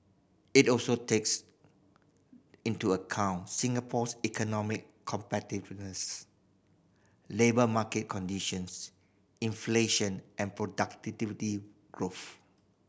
it also takes into account Singapore's economic competitiveness labour market conditions inflation and productivity growth